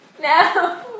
No